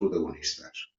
protagonistes